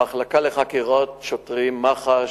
המחלקה לחקירות שוטרים, מח"ש,